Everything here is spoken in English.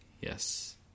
Yes